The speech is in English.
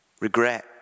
regret